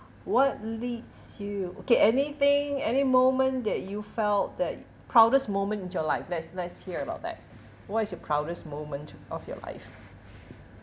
what leads you okay anything any moment that you felt that proudest moment in your life let's let's hear about that what is your proudest moment of your life